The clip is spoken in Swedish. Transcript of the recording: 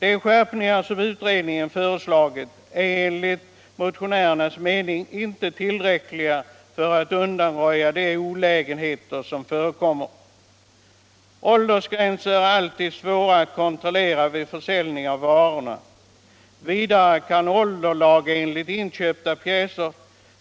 De skärpningar som utredningen föreslagit är enligt motionärernas mening inte tillräckliga för att undanröja de olägenheter som förekommer. Åldersgränser är alltid svåra att kontrollera vid försäljning av varorna. Vidare kan lagenligt inköpta pjäser